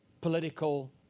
political